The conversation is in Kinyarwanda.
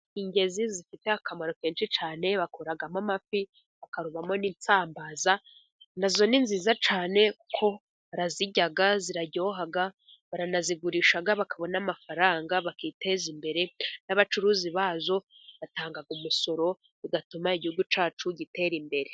Ingezi zifite akamaro kenshi cyane. Bakuramo amafi, bakaruvamo n’insambaza. Nazo ni nziza cyane, ko barazijya ziryoha. Baranazigurisha, bakabona amafaranga, bakiteza imbere. N’abacuruzi bazo batanga umusoro, bigatuma igihugu cyacu gitera imbere.